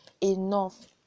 enough